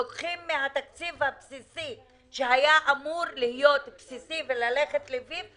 לוקחים מהתקציב הבסיסי שהיה אמור להיות בסיסי וללכת לפיו,